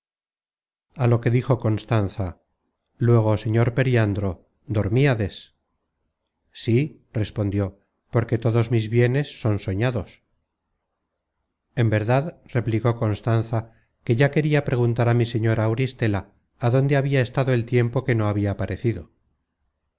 a lo que dijo constanza luego señor periandro dormíades sí respondió porque todos mis bienes son soñados en verdad replicó constanza que ya queria pregun content from google book search generated at tar á mi señora auristela adónde habia estado el tiempo que no habia parecido